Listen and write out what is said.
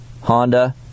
Honda